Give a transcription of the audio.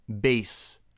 base